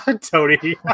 Tony